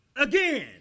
again